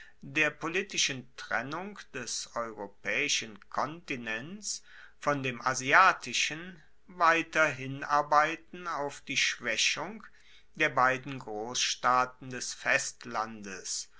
der politischen trennung des europaeischen kontinents von dem asiatischen weiter hinarbeiten auf die schwaechung der beiden grossstaaten des festlandes